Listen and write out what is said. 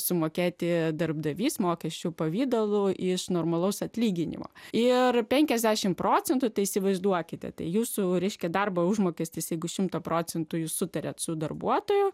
sumokėti darbdavys mokesčių pavidalu iš normalaus atlyginimo ir penkiasdešimt procentų tai įsivaizduokite jūsų reiškia darbo užmokestis jeigu šimto procentų jūs sutariate su darbuotoju